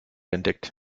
entdeckt